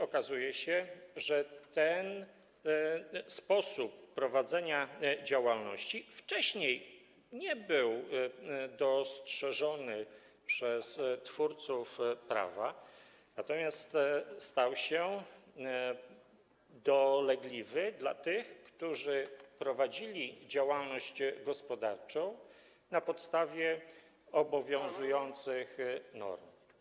Okazuje się, że ten sposób prowadzenia działalności wcześniej nie był dostrzeżony przez twórców prawa, natomiast stał się dolegliwy dla tych, którzy prowadzili działalność gospodarczą na podstawie obowiązujących norm.